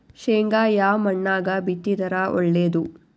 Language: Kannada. ಶೇಂಗಾ ಯಾ ಮಣ್ಣಾಗ ಬಿತ್ತಿದರ ಒಳ್ಳೇದು?